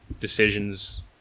Decisions